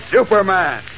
Superman